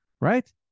right